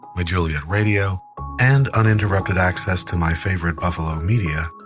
my juliette radio and uninterrupted access to my favorite buffalo media,